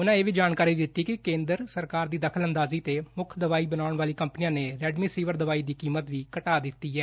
ਉਨ੍ਹਾਂ ਇਹ ਵੀ ਜਾਣਕਾਰੀ ਦਿੱਤੀ ਕਿ ਕੇਂਦਰ ਸਰਕਾਰ ਦੀ ਦਖਲ ਅੰਦਾਜੀ ਤੇ ਮੁੱਖ ਦਵਾਈ ਬਣਾਉਣ ਵਾਲੀ ਕੰਪਨੀਆਂ ਨੇ ਰੈਮਡੇ ਸਿਵਰ ਦਵਾਈ ਦੀ ਕੀਮਤ ਘਟਾ ਦਿੱਤੀ ਹੈ